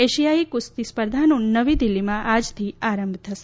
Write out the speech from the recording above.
એશિયાઇ કુસ્તી સ્પર્ધાનો નવી દિલ્હીમાં આજથી આરંભ થશે